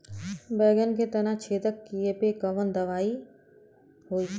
बैगन के तना छेदक कियेपे कवन दवाई होई?